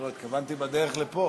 לא, התכוונתי בדרך לפה.